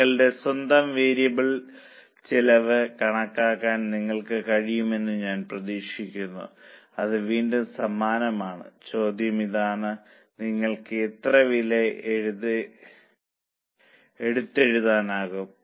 നിങ്ങളുടെ സ്വന്തം വേരിയബിൾ ചെലവ് കണക്കാക്കാൻ നിങ്ങൾക്ക് കഴിയുമെന്ന് ഞാൻ പ്രതീക്ഷിക്കുന്നു അത് വീണ്ടും സമാനമാണ് ചോദ്യം ഇതാണ് നിങ്ങൾക്ക് എത്ര വില എടുത്തെഴുതാനാകും